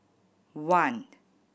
one